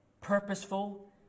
purposeful